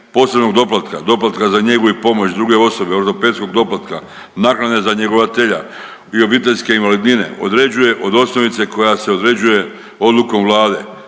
posebnog doplatka, doplatka za njegu i pomoć druge osobe, ortopedskog doplatka, naknade za njegovatelja i obiteljske invalidnine određuje od osnovice koja se određuje odlukom Vlade.